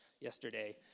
yesterday